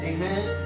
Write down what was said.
Amen